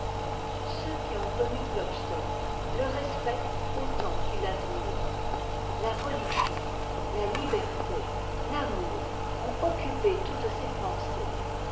ceux qui ont connu klopstock le respectent autant qu'ils t'admirent la re igiôn a iberté l'amour ont occupé toutes ses pensées